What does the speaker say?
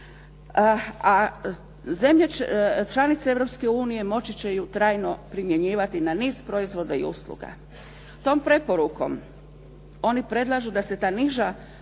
unije moći će ju trajno primjenjivati na niz proizvoda i usluga. Tom preporukom oni predlažu da se ta niža